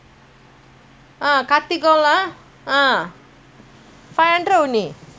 five hundred only you see you getting seven hundred is very good already so you better save at least ஒரு:oru